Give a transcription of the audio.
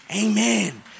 Amen